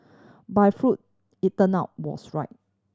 but if Freud it turned out was right